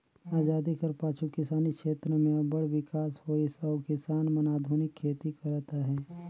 अजादी कर पाछू किसानी छेत्र में अब्बड़ बिकास होइस अउ किसान मन आधुनिक खेती करत अहें